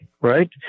right